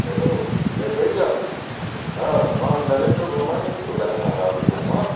hello वैभैया हा मां नरेन्द्र बंबाणी पियो थो ॻाल्हायां आदिपुर मां